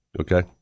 Okay